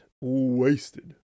Wasted